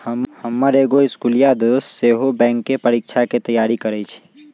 हमर एगो इस्कुलिया दोस सेहो बैंकेँ परीकछाके तैयारी करइ छइ